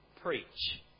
preach